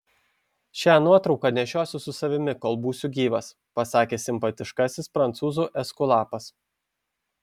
šią nuotrauką nešiosiu su savimi kol būsiu gyvas pasakė simpatiškasis prancūzų eskulapas